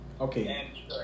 Okay